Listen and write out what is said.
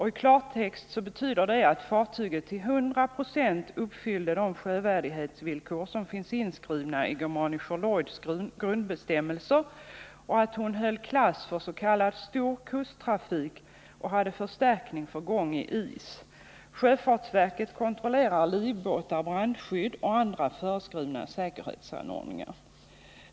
I klartext betyder det att fartyget till 100 22 uppfyller de sjövärdighetsvillkor som finns inskrivna i Germanischer Lloyds grundbestämmelser, och att hon höll klass för s.k. storkusttrafik och hade förstärkning för gång i is. Sjöfartsverket kontrollerar livbåtar, brandskydd och andra föreskrivna säkerhetsåtgärder.